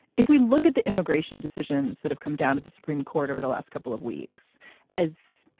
if we look at the immigration decisions that have come down to the supreme court over the last couple of weeks as